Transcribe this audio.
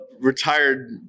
retired